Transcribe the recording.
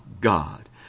God